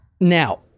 Now